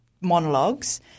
monologues